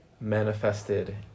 manifested